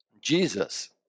Jesus